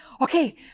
okay